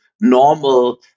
normal